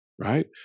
right